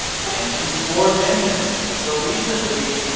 and she swore vengeance. so recently,